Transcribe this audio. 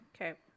Okay